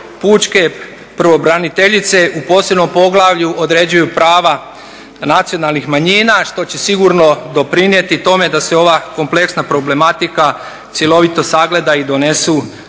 pučke pravobraniteljice u posebnom poglavlju određuju prava nacionalnih manjina što će sigurno doprinijeti tome da se ova kompleksna problematika cjelovito sagleda i donesu kvalitetna